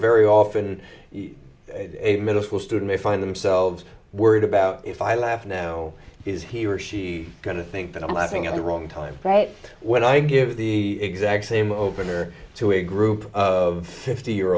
very often a middle school student to find themselves worried about if i laugh now is he or she going to think that i'm laughing at the wrong time right when i give the exact same opener to a group of fifty year